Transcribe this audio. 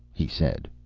he said.